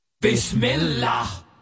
Bismillah